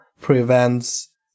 prevents